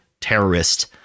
terrorist